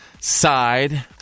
side